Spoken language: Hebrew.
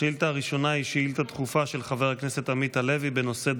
השאילתה הראשונה היא שאילתה דחופה של חבר הכנסת עמית הלוי בנושא: